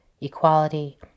equality